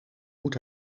moet